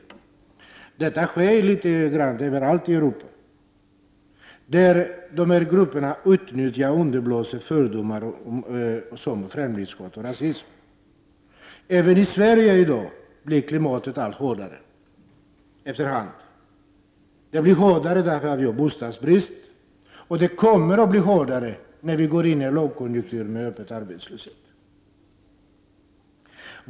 Detta sker i viss utsträckning överallt i Europa där dessa grupper utnyttjar och underblåser fördomar som leder till främlingshat och rasism. Även i Sverige blir klimatet allt hårdare efter hand. Det blir hårdare därför att vi har bostadsbrist, och det kommer att bli hårdare när vi går in i en lågkonjunktur med öppen arbetslöshet.